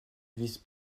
vise